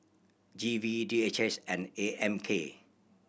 G V D H S and A M K